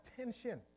attention